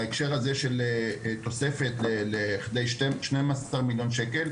בהקשר הזה של להגיע לתוספת של עד לכדי 12 מיליון ₪,